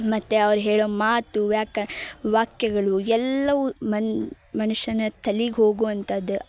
ಮತ್ತು ಅವ್ರು ಹೇಳೋ ಮಾತು ಯಾಕೆ ವಾಕ್ಯಗಳು ಎಲ್ಲವೂ ಮನುಷ್ಯನ ತಲಿಗೆ ಹೋಗುವಂಥದ್ದು